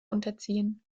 unterziehen